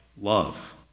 love